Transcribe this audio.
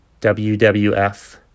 WWF